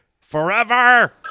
forever